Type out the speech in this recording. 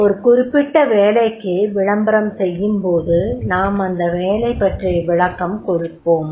ஒரு குறிப்பிட்ட வேலைக்கு விளம்பரம் செய்யும் போது நாம் அந்த வேலை பற்றிய விளக்கம் கொடுப்போம்